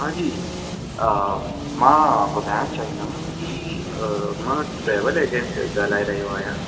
हांजी मां ॿुधाइणु चाहींदमि की मां ट्रेवल एजेंट ॻालाइ रहियो आहियां